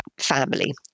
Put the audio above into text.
family